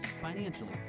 financially